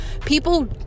people